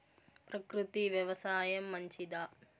ప్రకృతి వ్యవసాయం మంచిదా?